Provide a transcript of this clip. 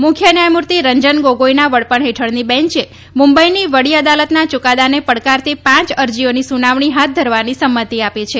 મુખ્ય ન્યાયમૂર્તિ રંજન ગોગોઈના વડપણ હેઠળની બેંચે મુંબઈની વડી અદાલતના યુકાદાને પડકારતી પાંચ અરજીઓની સુનાવણી હાથ ધરવાની સંમતિ આપી છે